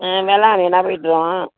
ஆ வேளாங்கண்ணி வேணால் போய்விட்டு வருவோம்